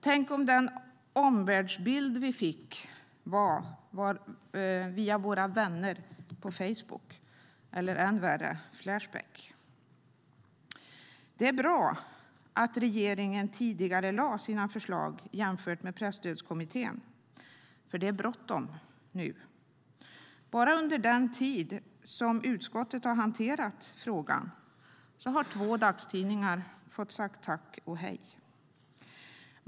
Tänk om den omvärldsbild vi fick var via våra "vänner" på Facebook eller, än värre, via Flashback. Det är bra att regeringen tidigarelade sina förslag jämfört med Presstödskommitténs förslag. Det är bråttom nu. Bara under den tid som utskottet har hanterat frågan har två tidningar fått säga tack och hej.